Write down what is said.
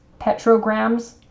petrograms